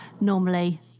normally